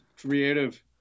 creative